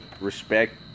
respect